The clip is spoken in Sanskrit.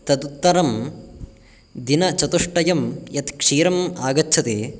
तदुत्तरं दिनचतुष्टयं यत् क्षीरम् आगच्छति